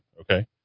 Okay